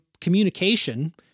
communication